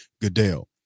Goodell